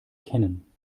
kennen